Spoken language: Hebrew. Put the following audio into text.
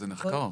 זה נחקר.